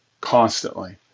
constantly